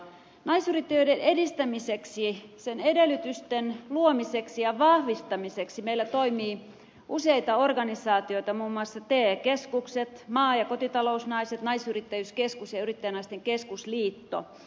n osoitteen estämiseksi ei sen edellytysten luomiseksi ja vahvistamiseksi meillä toimii useita organisaatioita mamma tee keskuksen maa ja kotitalousnaiset naisyrittäjyyskeskusyrittäjänaisten keskusliitto